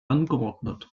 angeordnet